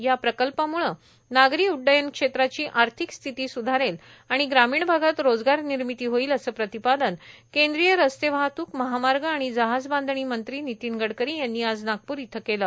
या प्रकल्पामूळ नागरी उड्डयन क्षेत्राची आर्थिक स्थिती सुधारेल आणि ग्रामीण भागात रोजगारनिर्मिती होईल असं प्रतिपादन केंद्रीय रस्ते वाहतूक महामार्ग आणि जहाजबांधणी मंत्री नितीन गडकरी यांनी आज नागपूर इथं केले